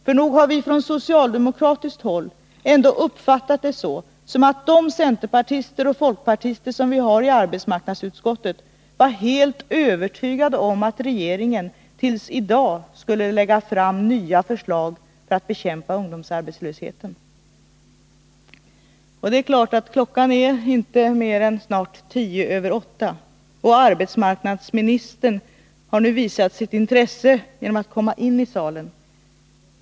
För nog har vi från socialdemokratiskt håll ändå uppfattat det så att de centerpartister och folkpartister som vi har i arbetsmarknadsutskottet var helt övertygade om att regeringen till i dag skulle lägga fram nya förslag för att bekämpa ungdomsarbetslösheten. Klockan är inte mer än snart 10 minuter över 8, och arbetsmarknadsministern har nu visat sitt intresse genom att komma in i kammaren.